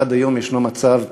עד היום ישנו מצב שבו,